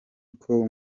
uko